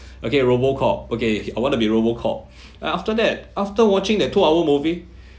okay robocop okay I want to be robocop and after that after watching that two hour movie